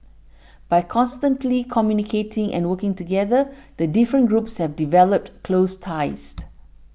by constantly communicating and working together the different groups have developed close ties